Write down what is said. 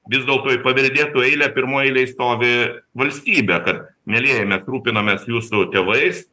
vis dėlto į paveldėtojų eilę pirmoj eilėj stovi valstybė kad mielieji mes rūpinamės jūsų tėvais